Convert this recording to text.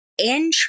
entry